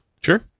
Sure